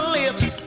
lips